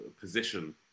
position